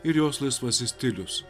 ir jos laisvasis stilius